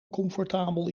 comfortabel